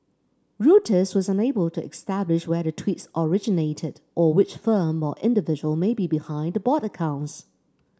reuters was unable to establish where the tweets originated or which firm or individual may be behind the bot accounts